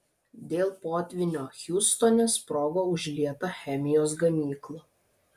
dėl potvynio hjustone sprogo užlieta chemijos gamykla